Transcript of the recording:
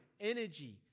energy